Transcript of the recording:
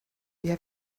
you